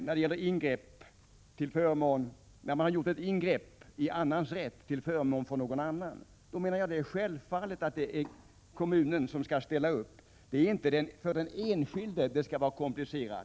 När man har gjort ett ingrepp i annans rätt till förmån för någon annan menar jag att det är självklart att det är kommunen som skall ställa upp. Det är inte för den enskilde det skall vara komplicerat.